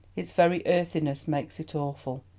its very earthiness makes it awful.